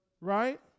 Right